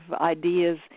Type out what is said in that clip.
ideas